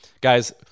Guys